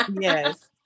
Yes